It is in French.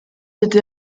été